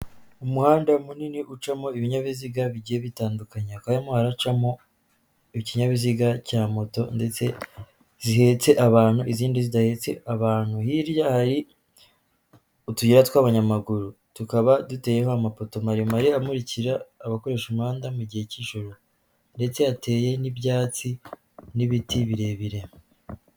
Umuhanda munini ucamo ibinyabiziga bigiye bitandukanye, hakaba harimo haracamo ikinyabiziga cya moto ndetse zihetse abantu izindi zidahetse abantu. Hirya hari utuyira tw'abanyamaguru, tukaba duteyeho amapoto maremare amukira abakoresha umuhanga mu gihe cy'ijoro ndetse hateye n'ibyatsi n'ibiti birebire.